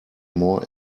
more